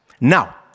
Now